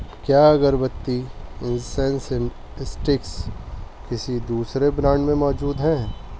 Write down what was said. کیا agarbatti incense sticks کسی دوسرے بران میں موجود ہیں